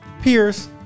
Pierce